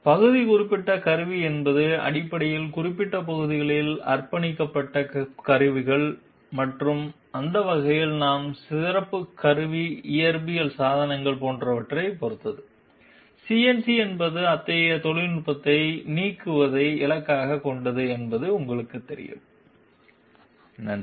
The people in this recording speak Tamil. பகுதி குறிப்பிட்ட கருவி என்பது அடிப்படையில் குறிப்பிட்ட பகுதிகளுக்கு அர்ப்பணிக்கப்பட்ட கருவிகள் மற்றும் அந்த வகையில் நாம் சிறப்பு கருவி இயற்பியல் சாதனங்கள் போன்றவற்றைப் பொறுத்தது CNC என்பது அத்தகைய தொழில்நுட்பத்தை நீக்குவதை இலக்காகக் கொண்டது என்பது உங்களுக்குத் தெரியும் நன்றி